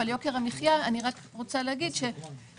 לא שמעתי כמה מתוך ה-380 מיליון שקל מתוכננים לבוא מן הדיאט,